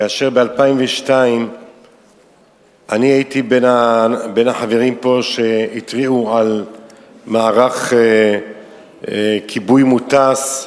כאשר ב-2002 אני הייתי בין החברים פה שהתריעו על מערך כיבוי מוטס,